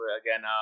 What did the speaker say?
again